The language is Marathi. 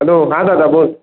हॅलो हा दादा बोल